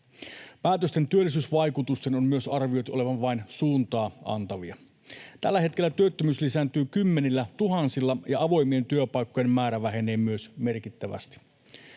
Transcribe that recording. Päätösten työllisyysvaikutusten on myös arvioitu olevan vain suuntaa antavia. Tällä hetkellä työttömyys lisääntyy kymmenillätuhansilla ja avoimien työpaikkojen määrä vähenee myös merkittävästi.